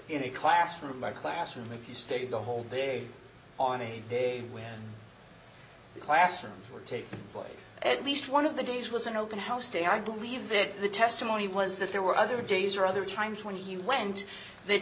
in a classroom or classroom if you stayed the whole day on a day where the classrooms were taking place at least one of the days was an open house day i believe that the testimony was that there were other days or other times when he went the